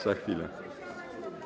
Za chwilę.